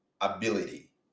ability